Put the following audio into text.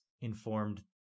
informed